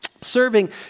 Serving